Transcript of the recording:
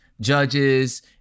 judges